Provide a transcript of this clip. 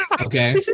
Okay